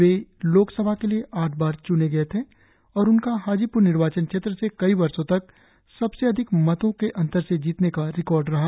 वे लोकसभा के लिए आठ बार चुने गये थे और उनका हाजीपुर निर्वाचन क्षेत्र से कई वर्षो तक सबसे अधिक मतों के अंतर से जीतने का रिकॉर्ड रहा